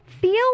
feel